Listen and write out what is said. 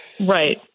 Right